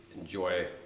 enjoy